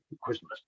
christmas